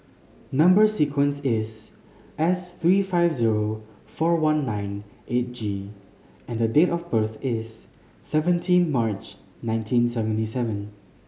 number sequence is S three five zero four one nine eight G and date of birth is seventeen March nineteen seventy seven